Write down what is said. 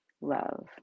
love